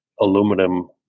aluminum